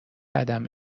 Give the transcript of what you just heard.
عدم